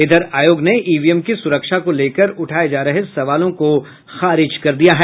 इधर आयोग ने ईवीएम की सुरक्षा को लेकर उठाये जा रहे सवालों को खारिज कर दिया है